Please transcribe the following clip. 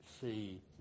see